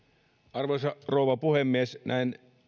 arvoisa rouva puhemies näin